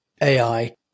ai